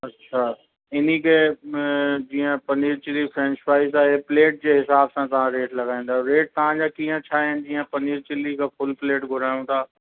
हा इन्हीअ खे जीअं पनीर चिल्ली फ़्रेंच फ़्राइस आहे प्लेट जे हिसाबु तव्हां रेट लॻाईंदा आहियो रेट तव्हांजा कीअं छा आहिनि जीअं पनीर चिल्ली का फ़ुल प्लेट घुरायूं था